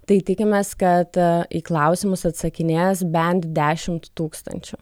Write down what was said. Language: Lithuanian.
tai tikimės kad į klausimus atsakinės bent dešimt tūkstančių